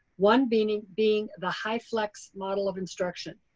one being being the high flex model of instruction.